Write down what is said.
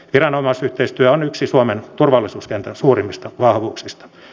viranomaisyhteistyö on yksi suomen turvallisuuskentän suurimmista vahvuuksista